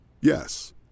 Yes